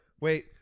wait